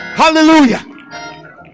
hallelujah